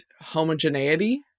homogeneity